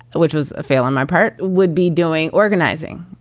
which was a fail on my part, would be doing organizing,